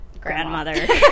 grandmother